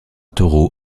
taureau